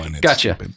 gotcha